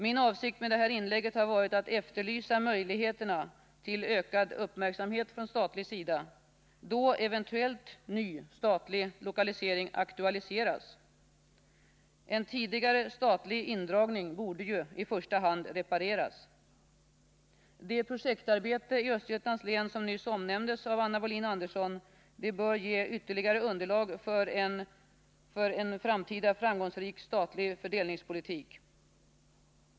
Min avsikt med detta inlägg har varit att efterlysa möjligheterna till ökad uppmärksamhet från statlig sida då eventuellt ny statlig lokalisering aktualiseras. En tidigare statlig indragning borde i första hand repareras. Det projektarbete i Östergötlands län som nyss omnämndes av Anna Wohlin Andersson bör ge ytterligare underlag för en framtida framgångsrik statlig tlands län fördelningspolitik.